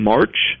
March